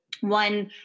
one